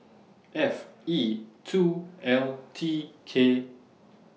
F E two L T K